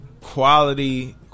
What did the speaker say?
Quality